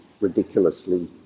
ridiculously